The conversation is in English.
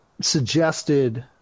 suggested